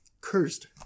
Cursed